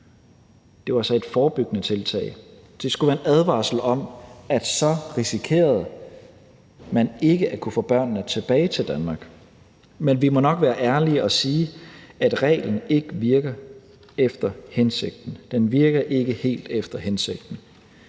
Det var så et forebyggende tiltag. Det skulle være en advarsel om, at så risikerede man ikke at kunne få børnene tilbage til Danmark. Men vi må nok være ærlige og sige, at reglen ikke virker efter hensigten. Den virker ikke helt efter hensigten.